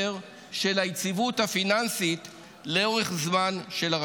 של היציבות הפיננסית של הרשות לאורך זמן.